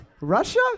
Russia